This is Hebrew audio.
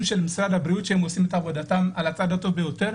של משרד הבריאות שעושים את עבודתם על הצד הטוב ביותר,